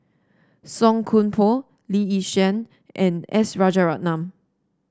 Song Koon Poh Lee Yi Shyan and S Rajaratnam